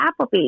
Applebee's